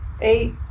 eight